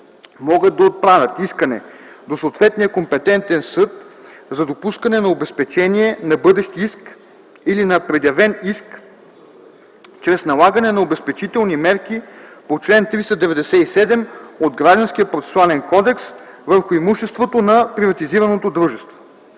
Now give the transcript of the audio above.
могат да отправят искане до съответния компетентен съд за допускане на обезпечение на бъдещ иск или на предявен иск чрез налагане на обезпечителни мерки по чл. 397 от Гражданския процесуален кодекс върху имуществото на приватизираното дружество.”